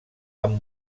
amb